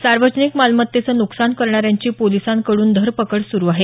सार्वजनिक मालमत्तेचं नुकसान करणाऱ्यांची पोलिसांकडून धरपकड सुरु आहे